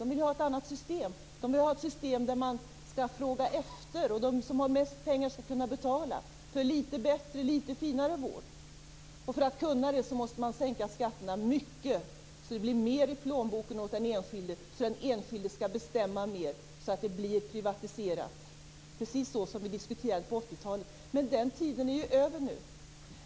De vill ha ett annat system. De vill ha ett system där man skall efterfråga och där de som har mest pengar skall kunna betala för litet bättre och litet finare vård. För att kunna genomföra det måste skatterna sänkas kraftigt så att det blir mer i plånboken för den enskilde. Därmed kan den enskilde bestämma mer bland privatiserade verksamheter - precis som man diskuterade på 80-talet. Men den tiden är över nu.